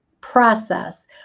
process